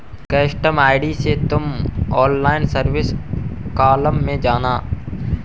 customer ID से तुम online service column में जाना